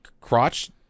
Crotch